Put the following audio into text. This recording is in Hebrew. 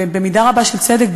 במידה רבה של צדק,